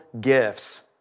gifts